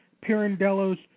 Pirandello's